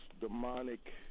demonic